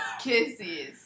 kisses